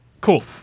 Cool